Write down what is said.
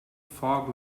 fog